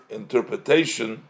interpretation